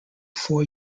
four